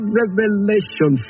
revelation